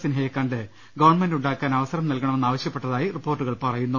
സിൻഹയെ കണ്ട് ഗവൺമെന്റ് ഉണ്ടാക്കാൻ അവസരം നൽകണമെന്ന് ആവശ്യ പ്പെട്ടതായി റിപ്പോർട്ടുകൾ പറയുന്നു